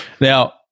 Now